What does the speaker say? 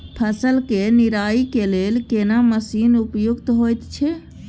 फसल के निराई के लेल केना मसीन उपयुक्त होयत छै?